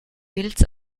pilz